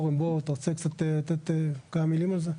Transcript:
אורן, אתה רוצה לתת כמה מילים על זה?